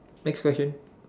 next question